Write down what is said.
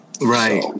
right